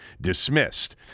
dismissed